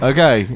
Okay